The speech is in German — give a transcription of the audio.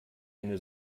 eine